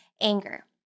anger